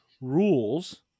rules